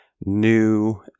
new